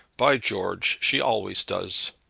by george, she always does.